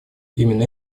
именно